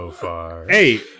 hey